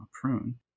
prune